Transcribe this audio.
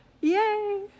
Yay